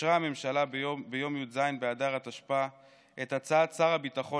אישרה הממשלה ביום י"ז באדר התשפ"א את הצעת שר הביטחון